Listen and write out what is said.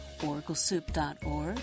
oraclesoup.org